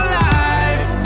life